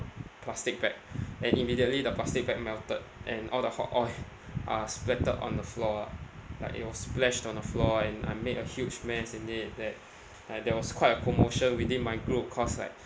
plastic bag and immediately the plastic bag melted and all the hot oil are splattered on the floor lah like it was splashed on the floor and I made a huge mess in it that like there was quite a commotion within my group cause like